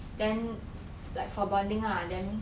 then like for bonding lah then